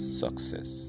success